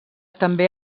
també